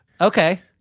Okay